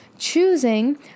choosing